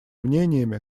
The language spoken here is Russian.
мнениями